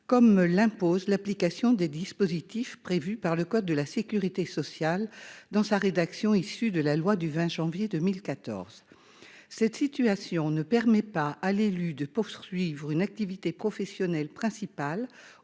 comme l'impose l'application des dispositifs prévus par le code de la sécurité sociale, dans la rédaction issue de la loi du 20 janvier 2014. Une telle situation ne permet pas à l'élu de poursuivre une activité professionnelle principale